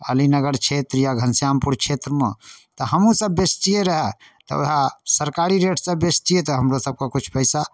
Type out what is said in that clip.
पाली नगर क्षेत्र या घनश्यामपुर क्षेत्रमे तऽ हमहूँसभ बेचतिए रहै तऽ वएह सरकारी रेटसँ बेचतिए तऽ हमरो सभके किछु पइसा